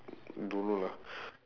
don't know lah